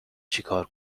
چیکار